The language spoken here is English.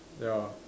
ya